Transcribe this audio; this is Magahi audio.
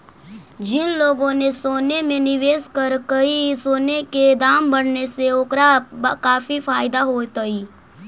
जिन लोगों ने सोने में निवेश करकई, सोने के दाम बढ़ने से ओकरा काफी फायदा होतई